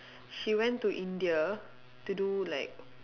she went to India to do like